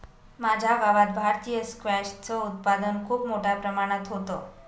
माझ्या गावात भारतीय स्क्वॅश च उत्पादन खूप मोठ्या प्रमाणात होतं